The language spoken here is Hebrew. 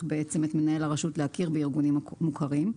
את מנהל הרשות להכיר בארגונים מוכרים.